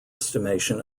estimation